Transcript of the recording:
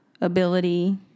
ability